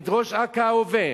את ראש אכ"א בהווה,